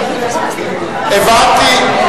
הבנתי.